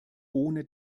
ohne